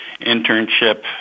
internship